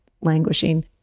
languishing